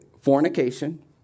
Fornication